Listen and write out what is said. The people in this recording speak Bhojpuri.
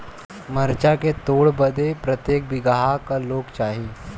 मरचा के तोड़ बदे प्रत्येक बिगहा क लोग चाहिए?